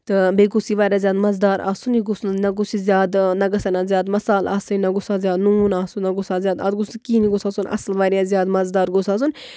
تہٕ بیٚیہِ گوٚژھ یہِ واریاہ زیادٕ مَزٕ دار آسُن یہِ گوٚژھ نہٕ نہ گوٚژھ یہِ زیادٕ نہ گژھن اَتھ زیادٕ مَسالہٕ آسٕنۍ نہ گوٚژھ اَتھ زیادٕ نوٗن آسُن نہ گوٚژھ اَتھ زیادٕ اَتھ گوٚژھ نہٕ کِہینۍ یہِ گوٚژھ آسُن اَصٕل واریاہ زیادٕ مَزٕ دار گوٚژھ آسُن